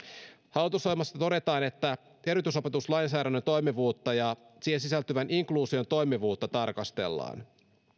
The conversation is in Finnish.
hallitusohjelmassa todetaan että erityisopetuslainsäädännön toimivuutta ja siihen sisältyvän inkluusion toimivuutta tarkastellaan